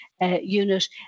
unit